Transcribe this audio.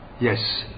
Yes